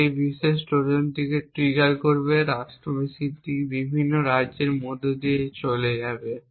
যা এই বিশেষ ট্রোজানটিকে ট্রিগার করবে রাষ্ট্র মেশিনটি বিভিন্ন রাজ্যের মধ্য দিয়ে চলে যাবে